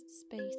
Space